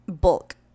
bulk